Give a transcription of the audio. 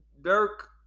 Dirk